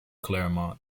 claremont